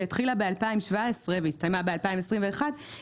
שהתחילה ב-2017 והסתיימה ב-2021,